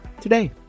today